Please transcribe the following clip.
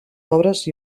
pobres